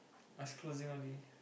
eyes closing already